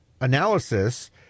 analysis